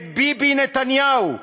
את ביבי נתניהו,